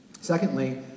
Secondly